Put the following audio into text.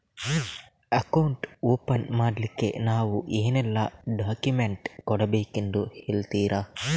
Account open ಮಾಡ್ಲಿಕ್ಕೆ ನಾವು ಏನೆಲ್ಲ ಡಾಕ್ಯುಮೆಂಟ್ ಕೊಡಬೇಕೆಂದು ಹೇಳ್ತಿರಾ?